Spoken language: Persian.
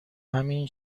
همین